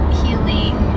healing